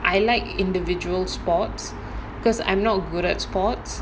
I like individual sports because I'm not good at sports